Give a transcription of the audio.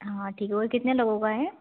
हाँ ठीक है और कितने लोगों का है